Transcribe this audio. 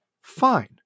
Fine